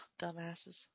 dumbasses